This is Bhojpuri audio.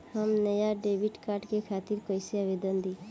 हम नया डेबिट कार्ड के खातिर कइसे आवेदन दीं?